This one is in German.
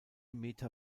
meter